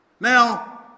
now